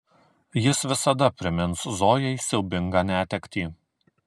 jis visada primins zojai siaubingą netektį